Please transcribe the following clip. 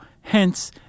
Hence